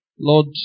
Lord